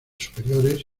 superiores